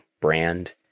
brand